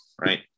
right